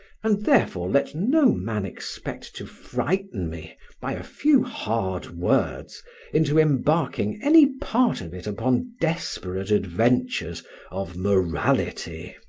and therefore let no man expect to frighten me by a few hard words into embarking any part of it upon desperate adventures of morality.